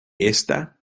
está